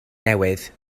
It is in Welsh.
newydd